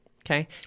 okay